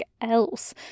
else